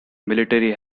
military